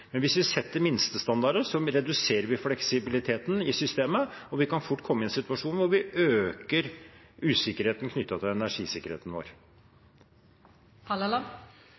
Men hvis vi setter minstestandarder, reduserer vi fleksibiliteten i systemet, og vi kan fort komme i en situasjon hvor vi øker usikkerheten knyttet til energisikkerheten vår.